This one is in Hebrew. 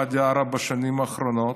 מוואדי עארה בשנים האחרונות,